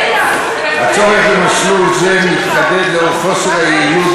הצורך במסלול זה מתחדד לנוכח חוסר היעילות